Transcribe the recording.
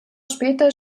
später